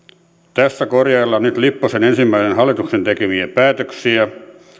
tässä korjaillaan nyt lipposen ensimmäisen hallituksen tekemiä päätöksiä